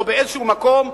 או באיזה מקום,